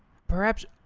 perhaps,